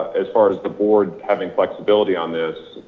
as far as the board having flexibility on this,